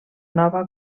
nova